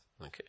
Okay